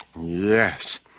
Yes